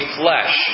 flesh